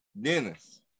Dennis